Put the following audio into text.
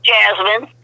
Jasmine